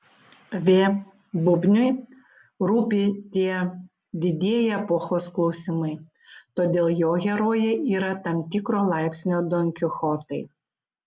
v bubniui rūpi tie didieji epochos klausimai todėl jo herojai yra tam tikro laipsnio donkichotai